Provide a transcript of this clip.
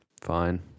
Fine